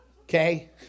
Okay